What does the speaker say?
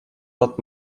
lot